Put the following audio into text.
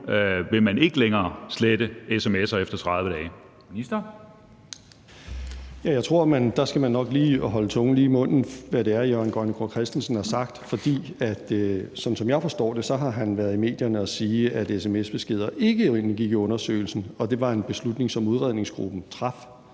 Kl. 15:23 Justitsministeren (Nick Hækkerup): Jeg tror, at man nok lige skal holde tungen lige i munden der, i forhold til hvad det er, Jørgen Grønnegård Christensen har sagt. For sådan som jeg forstår det, har han været i medierne og sige, at sms-beskeder ikke indgik i undersøgelsen, og at det var en beslutning, som udredningsgruppen traf.